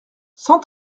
cent